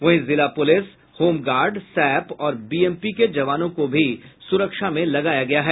वहीं जिला police home guard SAP और बीएमपी के जवानों को भी सुरक्षा में लगाया गया है